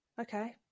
Okay